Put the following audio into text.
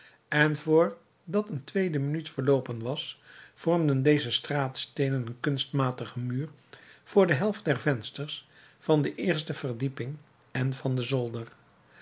en vr dat een tweede minuut verloopen was vormden deze straatsteenen een kunstmatigen muur voor de helft der vensters van de eerste verdieping en van den zolder